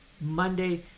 Monday